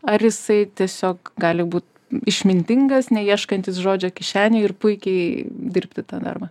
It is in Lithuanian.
ar jisai tiesiog gali būt išmintingas neieškantis žodžio kišenėj ir puikiai dirbti tą darbą